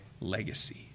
legacy